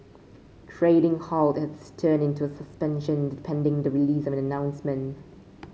trading halt has turned into a suspension pending the release of an announcement